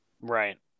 Right